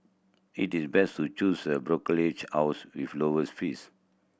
it is best to choose a brokerage house with lowest fees